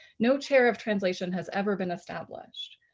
no chair of translation has ever been established.